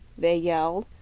they yelled,